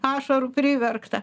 ašarų priverktą